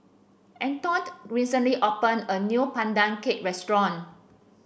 Eldon recently opened a new Pandan Cake Restaurant